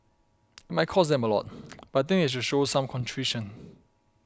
it might cost them a lot but think they should show some contrition